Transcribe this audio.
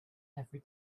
every